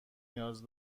نیاز